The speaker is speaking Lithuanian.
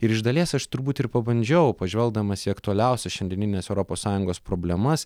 ir iš dalies aš turbūt ir pabandžiau pažvelgdamas į aktualiausias šiandieninės europos sąjungos problemas